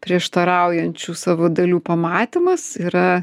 prieštaraujančių savo dalių pamatymas yra